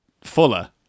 fuller